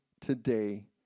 today